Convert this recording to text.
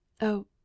Oh